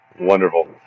Wonderful